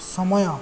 ସମୟ